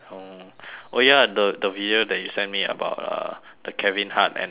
oh ya the the video that you send me about uh the kevin hart and the animals